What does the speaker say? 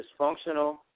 dysfunctional